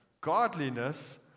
Godliness